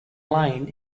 lane